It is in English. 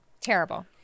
Terrible